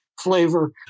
flavor